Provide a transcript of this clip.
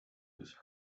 these